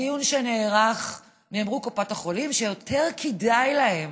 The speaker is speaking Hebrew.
בדיון שנערך אמרו קופת החולים שיותר כדאי להם,